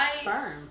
sperm